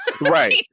right